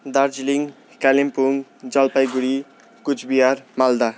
Darjeeling Kalimpong Jalpaiguri Cooch Behar Malda